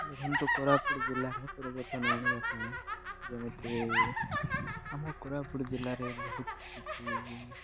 ଦେଖନ୍ତୁ କୋରାପୁଟ ଜିଲ୍ଲାରେ ପରିବର୍ତ୍ତନ ଆଣିବା ପାଇଁ ଯେମିତି ଆମ କୋରାପୁଟ ଜିଲ୍ଲାରେ ବହୁତ କିଛି